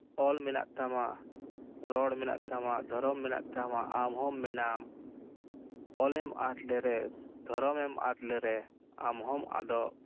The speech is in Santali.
ᱚᱞ ᱢᱮᱱᱟᱜ ᱛᱟᱢᱟ ᱨᱚᱲ ᱢᱮᱱᱟᱜ ᱛᱟᱢᱟ ᱫᱷᱚᱨᱚᱢ ᱢᱮᱱᱟᱜ ᱛᱟᱢᱟ ᱟᱢᱦᱚᱸ ᱢᱮᱱᱟᱢ ᱚᱞᱮᱢ ᱟᱫᱽ ᱞᱮᱨᱮ ᱫᱷᱚᱨᱚᱢ ᱮᱢ ᱟᱫᱽ ᱞᱮᱨᱮ ᱟᱢ ᱦᱚᱸᱢ ᱟᱫᱚᱜ